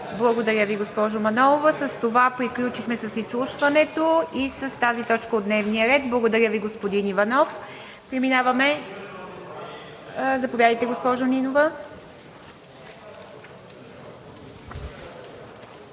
Благодаря Ви, госпожо Манолова. С това приключихме с изслушването – с тази точка от дневния ред. Благодаря Ви, господин Иванов. Заповядайте, госпожо Нинова